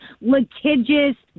litigious